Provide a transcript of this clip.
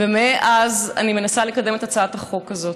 ומאז אני מנסה לקדם את הצעת החוק הזאת.